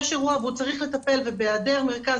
יש אירוע והוא צריך לטפל ובהיעדר מרכז